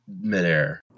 midair